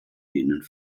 denen